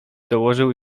dołożył